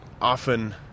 often